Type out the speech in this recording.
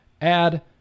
add